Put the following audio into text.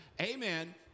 Amen